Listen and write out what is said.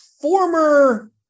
former